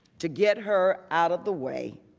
to get her out of the way.